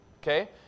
okay